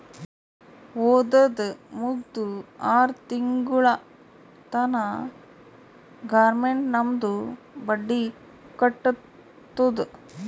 ಓದದ್ ಮುಗ್ದು ಆರ್ ತಿಂಗುಳ ತನಾ ಗೌರ್ಮೆಂಟ್ ನಮ್ದು ಬಡ್ಡಿ ಕಟ್ಟತ್ತುದ್